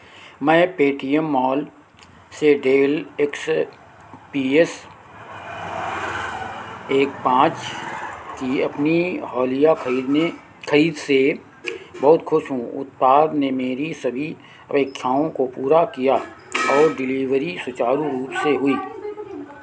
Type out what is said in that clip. मैं Paytm Mall से Dell X P S एक पाँच की अपनी हालिया खरीदने खरीद से बहुत खुश हूँ उत्पाद ने मेरी सभी अपेक्षाओं को पूरा किया और डिलीवरी सुचारु रूप से हुई